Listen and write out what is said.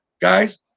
guys